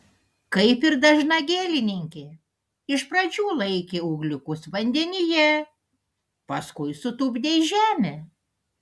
kaip ir dažna gėlininkė iš pradžių laikė ūgliukus vandenyje paskui sutupdė į žemę